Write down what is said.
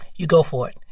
you go for it.